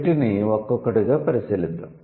వీటిని ఒక్కొక్కటిగా పరిశీలిద్దాం